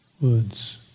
woods